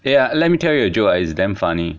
ya let me tell you a joke ah it's damn funny